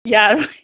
ꯌꯥꯔꯣꯏ